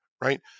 right